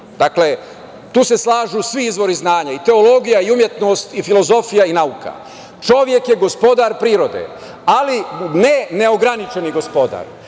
prirode, tu se slažu svi izvori znanja, i teologija, i umetnost, i filozofija, i nauka. Čovek je gospodar prirode, ali ne neograničeni gospodar. Da